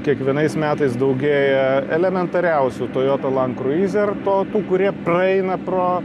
kiekvienais metais daugėja elementariausių tojota land kruizer to tų kurie praeina pro